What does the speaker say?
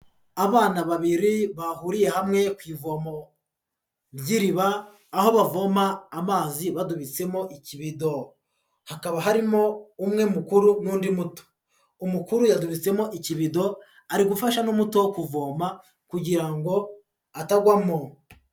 Abana babiri bahuriye hamwe ivomo ry'iriba aho bavoma amazi badubitsemo ikibido. Hakaba harimo umwe mukuru n'undi muto, umukuru yadubitsemo ikibido, ari gufasha n'umuto kuvoma kugira ngo atagwamo.